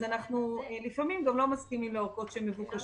אז לפעמים אנחנו גם לא מסכימים לאורכות שמבוקשות.